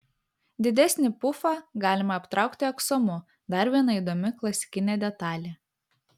didesnį pufą galima aptraukti aksomu dar viena įdomi klasikinė detalė